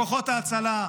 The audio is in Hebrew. בכוחות ההצלה.